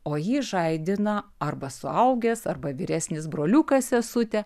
o jį žadina arba suaugęs arba vyresnis broliukas sesutė